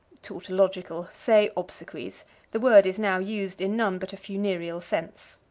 tautological. say, obsequies the word is now used in none but a funereal sense.